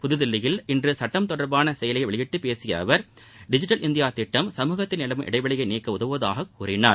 புதுதில்லியில் இன்று சட்டம் தொடர்பான செயலியை வெளியிட்டு பேசிய அவர் டிஜிட்டல் இந்தியா திட்டம் சமூகத்தில் நிலவும் இடைவெளியை நீக்க உதவுவதாக கூறினார்